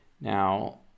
now